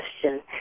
question